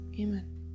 Amen